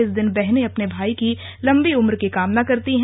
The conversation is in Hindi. इस दिन बहनें अपने भाई की लंबी उम्र की कामना करती हैं